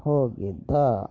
ಹೋಗಿದ್ದೆ